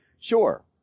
Sure